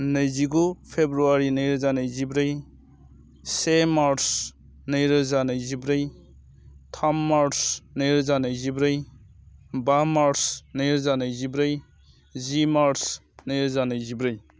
नैजिगु फ्रेब्रुवारि नैरोजा नैजिब्रै से मार्च नैरोजा नैजिब्रै थाम मार्च नैरोजा नैजिब्रै बा मार्च नैरोजा नैजिब्रै जि मार्च नैरोजा नैजिब्रै